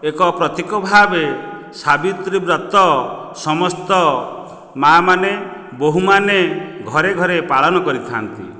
ଏକ ପ୍ରତୀକ ଭାବେ ସାବିତ୍ରୀ ବ୍ରତ ସମସ୍ତ ମାଁ ମାନେ ବୋହୂ ମାନେ ଘରେ ଘରେ ପାଳନ କରିଥାନ୍ତି